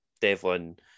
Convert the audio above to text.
Devlin